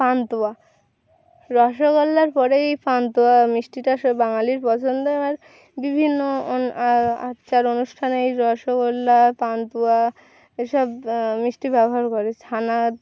পান্তুয়া রসগোল্লার পরেই পান্তুয়া মিষ্টিটা বাঙালির পছন্দের এবার বিভিন্ন আচার অনুষ্ঠানে এই রসগোল্লা পান্তুয়া এসব মিষ্টি ব্যবহার করে ছানা